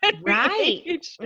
Right